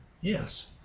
yes